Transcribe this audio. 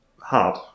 hard